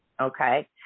okay